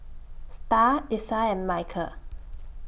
STAR Isiah and Michial